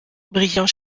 brillant